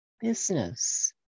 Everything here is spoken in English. business